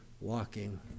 walking